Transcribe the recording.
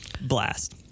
Blast